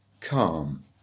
calm